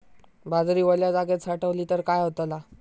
बाजरी वल्या जागेत साठवली तर काय होताला?